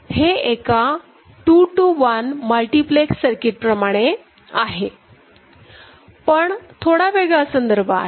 हे एका 2 to 1 multiplex circuit प्रमाणे आहे पण थोडा वेगळा संदर्भ आहे